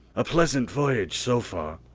a pleasant voyage so far,